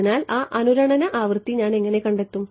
അതിനാൽ ആ അനുരണന ആവൃത്തി ഞാൻ എങ്ങനെ കണ്ടെത്തും